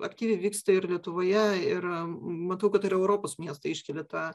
aktyviai vyksta ir lietuvoje ir matau kad ir europos miestai iškelia tą